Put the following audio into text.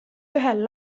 ühel